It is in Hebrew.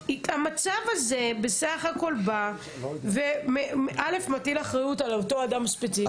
המצב הזה בסך הכל בא וא' מטיל אחריות על אותו אדם ספציפי.